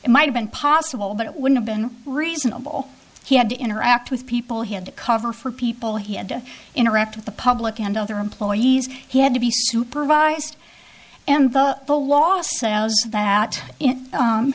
it might have been possible but it would have been reasonable he had to interact with people he had to cover for people he had to interact with the public and other employees he had to be supervised and the last that